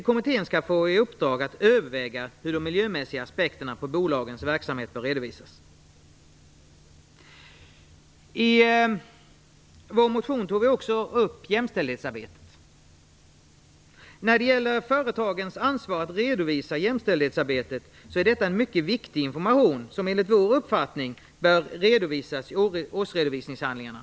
Kommittén skall få i uppdrag att överväga hur de miljömässiga aspekterna på bolagens verksamhet bör redovisas. Vi tog i vår motion också upp jämställdhetsarbetet. Företagens ansvar för att redovisa jämställdhetsarbetet är mycket viktigt, och dess fullgörande bör enligt vår uppfattning redovisas i årsredovisningshandlingarna.